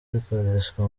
zikoreshwa